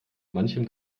manchem